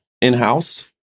in-house